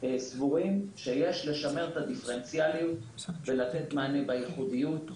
סבורים שיש לשמר את הדיפרנציאליות ולתת מענה בייחודיות.